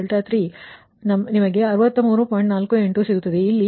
48 ಸಿಗುತ್ತದೆ